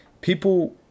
people